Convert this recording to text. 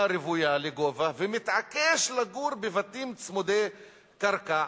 רוויה לגובה ומתעקש לגור בבתים צמודי קרקע,